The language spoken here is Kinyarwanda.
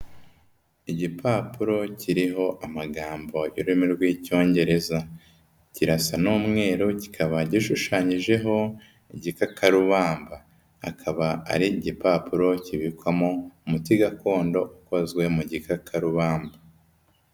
Igipapuro kiriho amagambo y'ururimi rw'icyongereza kirasa n'umweru kikaba gishushanyijeho igikakarubamba, akaba ari igipapuro kibikwamo umuti gakondo ukozwe mu gikakarubamba.